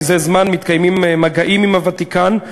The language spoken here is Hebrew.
מזה זמן מתקיימים מגעים עם הוותיקן,